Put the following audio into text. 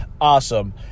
awesome